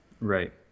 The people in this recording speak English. right